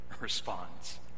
responds